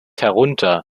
herunter